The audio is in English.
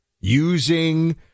using